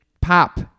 pop